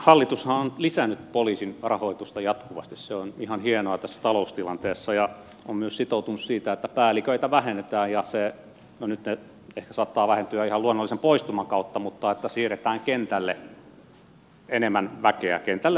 hallitushan on lisännyt poliisin rahoitusta jatkuvasti se on ihan hienoa tässä taloustilanteessa ja on myös sitoutunut siihen että päälliköitä vähennetään no nyt he ehkä saattavat vähentyä ihan luonnollisen poistumankin kautta ja siirretään enemmän väkeä kentälle tutkintaan ja lupahallintoon